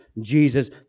Jesus